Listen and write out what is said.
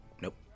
Nope